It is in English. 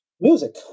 music